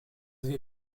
avez